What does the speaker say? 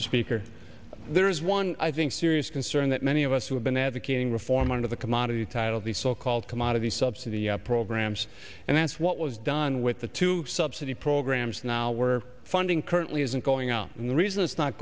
speaker there is one i think serious concern that many of us who have been advocating reform of the commodity title the so called commodity subsidy programs and that's what was done with the two subsidy programs now we're funding currently isn't going on and the reason it's not